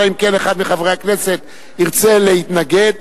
אלא אם כן אחד מחברי הכנסת ירצה להתנגד,